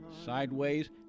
Sideways